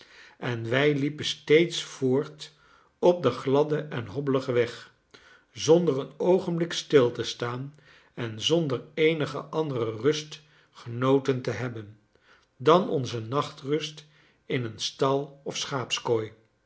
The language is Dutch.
en wij liepen steeds voort op den gladden en hobbeligen weg zonder een oogenblik stil te staan en zonder eenige andere rust genoten te hebben dan onze nachtrust in een stal of